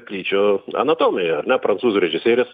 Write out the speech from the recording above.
kryčio anatomija ar ne prancūzų režisierės